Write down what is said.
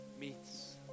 meets